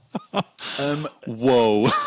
whoa